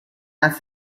asked